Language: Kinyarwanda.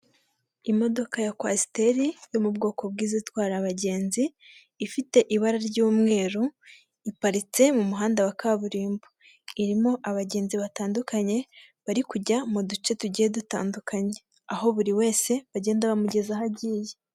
Imodoka ya kwasiteri yo mu bwoko bw'izitwara abagenzi ifite ibara ry'umweru, iparitse mu muhanda wa kaburimbo. Irimo abagenzi batandukanye bari kujya mu duce tugiye dutandukanye, aho buri wese bagenda bamugeza aho agiye.